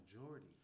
majority